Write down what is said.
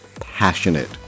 passionate